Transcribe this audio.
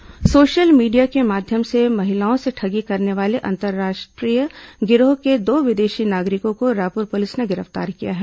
ठग गिरफ्तार social media के माध्यम से महिलाओं से ठगी करने वाले अंतर्राष्ट्रीय गिरोह के दो विदेशी नागरिकों को रायपुर पुलिस ने गिरफ्तार किया है